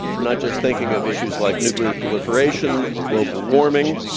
not just thinking of issues like nuclear proliferation or global warming.